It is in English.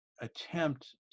attempt